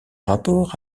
rapport